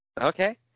okay